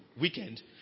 weekend